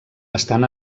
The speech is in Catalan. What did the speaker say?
estan